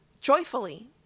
joyfully